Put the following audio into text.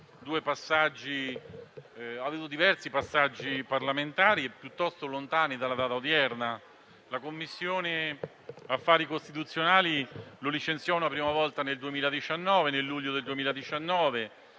ha avuto diversi passaggi parlamentari, piuttosto lontani dalla data odierna. La Commissione affari costituzionali lo licenziò una prima volta nel luglio del 2019,